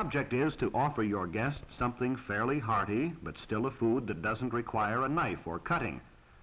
object is to offer your guests something fairly hearty but still a food that doesn't require a knife or cutting